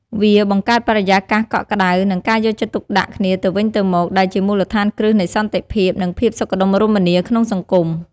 វាបង្ហាញថាវត្តអារាមមិនមែនត្រឹមតែជាកន្លែងគោរពបូជាប៉ុណ្ណោះទេ ថែមទាំងជាមជ្ឈមណ្ឌលសហគមន៍ដែលពោរពេញដោយការអាណិតអាសូរ និងសេចក្តីស្រលាញ់រាប់អានផងដែរ។